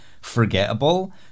forgettable